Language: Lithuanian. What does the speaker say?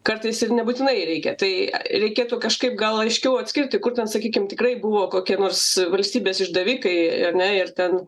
kartais ir nebūtinai reikia tai reikėtų kažkaip gal aiškiau atskirti kur ten sakykim tikrai buvo kokie nors valstybės išdavikai ar ne ir ten